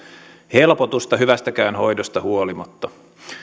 helpotusta hyvästäkään hoidosta huolimatta